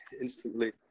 instantly